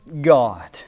God